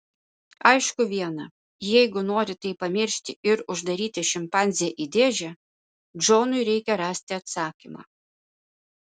aišku viena jeigu nori tai pamiršti ir uždaryti šimpanzę į dėžę džonui reikia rasti atsakymą